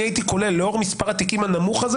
אני הייתי כולל לאור מספר התיקים הנמוך הזה